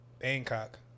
Bangkok